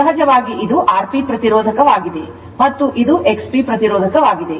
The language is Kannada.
ಸಹಜವಾಗಿ ಇದು Rp ಪ್ರತಿರೋಧಕವಾಗಿದೆ ಮತ್ತು ಇದು XP ಪ್ರತಿರೋಧಕವಾಗಿದೆ